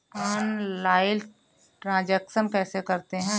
Online transaction कैसे करते हैं?